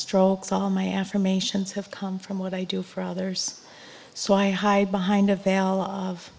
strokes all my affirmations have come from what i do for others so i hide behind a veil